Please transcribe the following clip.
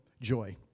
joy